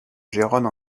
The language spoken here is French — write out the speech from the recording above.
gérone